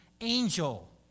angel